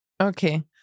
Okay